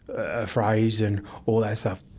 ah affrays and all that stuff.